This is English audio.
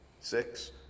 six